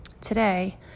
today